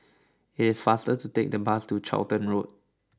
It is faster to take the bus to Charlton Road